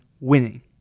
winning